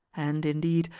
and, indeed,